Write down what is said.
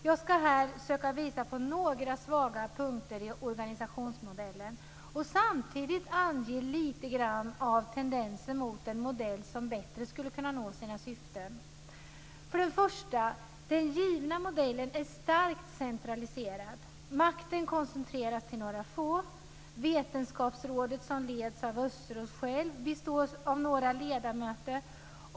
Jag ska här söka visa på några svaga punkter i organisationsmodellen. Jag ska samtidigt ange lite grann av tendenser till utveckling mot en modell som bättre ska kunna nå sina syften. För det första: Den givna modellen är starkt centraliserad. Makten kommer att koncentreras till några få. Vetenskapsrådet, som leds av Östros själv, består av några ledamöter.